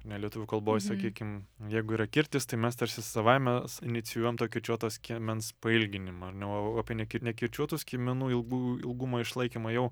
ar ne lietuvių kalboj sakykim jeigu yra kirtis tai mes tarsi savaime inicijuojam to kirčiuoto skiemens pailginimą ar ne o apie neki nekirčiuotų skiemenų ilgų ilgumo išlaikymą jau